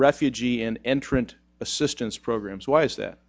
refugee and entrant assistance programs why is that